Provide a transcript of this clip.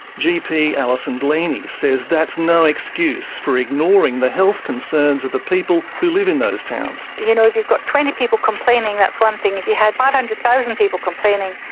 gp alison bleaney says that's no excuse for ignoring the health concerns of the people who live in those towns. you know, if you've got twenty people complaining, that's one thing. if you have five hundred thousand people complaining,